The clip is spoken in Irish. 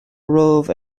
romhaibh